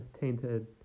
tainted